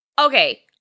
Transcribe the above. Okay